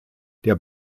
der